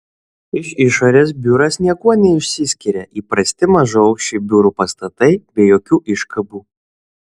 iš išorės biuras niekuo neišsiskiria įprasti mažaaukščiai biurų pastatai be jokių iškabų